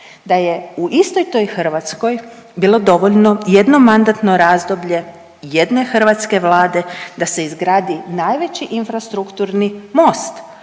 Da je u istoj toj Hrvatskoj bilo dovoljno jedno mandatno razdoblje jedne hrvatske vlade da se izgradi najveći infrastrukturni most